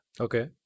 Okay